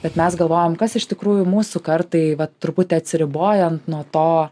bet mes galvojom kas iš tikrųjų mūsų kartai va truputį atsiribojan nuo to